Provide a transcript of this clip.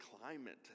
climate